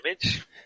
image